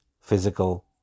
physical